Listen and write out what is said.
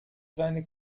seine